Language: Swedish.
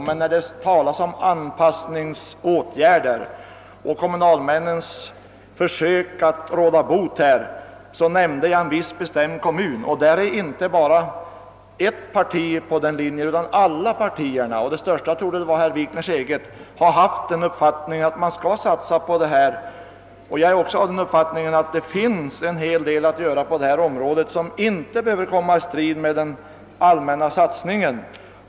Men när det talades om anpassningsåtgärder som är nödvändiga och kommunalmännens försök att göra något positivt nämnde jag en viss bestämd kommun, där inte bara ett parti utan där alla partierna — och det största av dem torde väl vara herr Wikners eget! — har haft den uppfattningen, att man bör satsa på detta projekt. Jag är också av den uppfattningen, att det finns en hel del att göra på detta område som inte behöver stå i strid mot den allmänna satsningen.